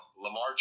Lamar